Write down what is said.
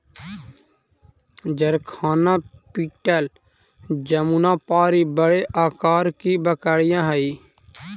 जरखाना बीटल जमुनापारी बड़े आकार की बकरियाँ हई